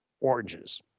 oranges